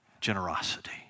Generosity